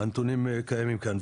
הנתונים קיימים כאן.